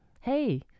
Hey